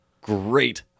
Great